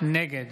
נגד